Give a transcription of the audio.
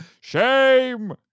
shame